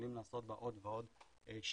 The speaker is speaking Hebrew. שמתחילים לעשות בהן עוד ועוד שימושים.